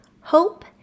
hope